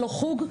לא חוג,